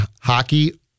hockey